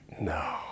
No